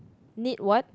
need what